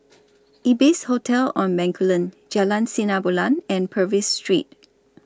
Ibis Hotel on Bencoolen Jalan Sinar Bulan and Purvis Street